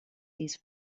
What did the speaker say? these